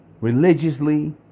religiously